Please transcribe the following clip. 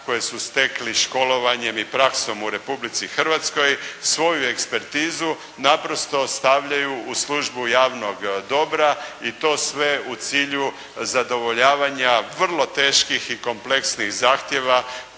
koje su stekli školovanjem ili praksom u Republici Hrvatskoj, svoju ekspertizu naprosto stavljaju u službu javnog dobra i to sve u cilju zadovoljavanja vrlo teških i kompleksnih zahtjeva